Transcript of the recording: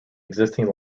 existing